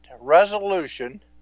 resolution